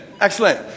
Excellent